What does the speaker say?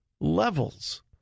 levels